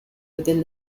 within